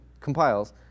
compiles